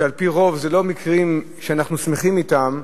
על-פי רוב זה לא מקרים שאנחנו שמחים אתם,